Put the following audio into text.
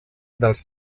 dels